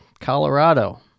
Colorado